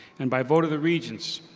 and by vote of the regents,